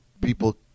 people